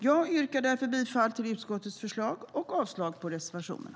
Jag yrkar därför bifall till utskottets förslag och avslag på reservationerna.